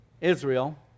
Israel